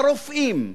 הרופאים,